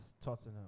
Tottenham